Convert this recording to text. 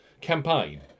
campaign